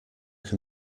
can